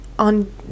On